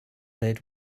lid